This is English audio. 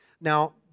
Now